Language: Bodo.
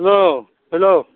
औ हेल्ल'